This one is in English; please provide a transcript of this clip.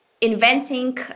inventing